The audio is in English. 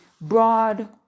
broad